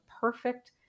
perfect